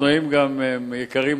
יותר יקרים,